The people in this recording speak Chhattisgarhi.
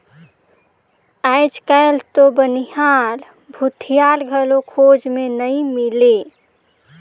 आयज कायल तो बनिहार, भूथियार घलो खोज मे नइ मिलें